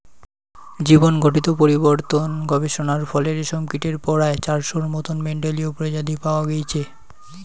জীনঘটিত পরিবর্তন গবেষণার ফলে রেশমকীটের পরায় চারশোর মতন মেন্ডেলীয় প্রজাতি পাওয়া গেইচে